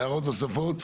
הערות נוספות?